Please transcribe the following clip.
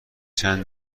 چند